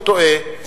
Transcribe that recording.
הוא טועה.